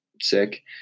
Sick